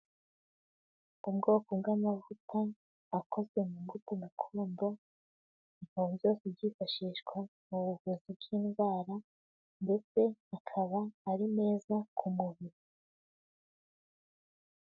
Ubwoko bw'amavuta akozwe mu mbuto gakondo, bikaba byose byifashishwa mu buvuzi bw'indwara, ndetse akaba ari meza ku mubiri.